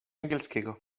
angielskiego